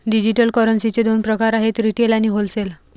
digital करन्सीचे दोन प्रकार आहेत रिटेल आणि होलसेल